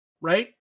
Right